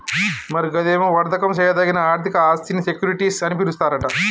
మరి గదేమో వర్దకం సేయదగిన ఆర్థిక ఆస్థినీ సెక్యూరిటీస్ అని పిలుస్తారట